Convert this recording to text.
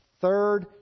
third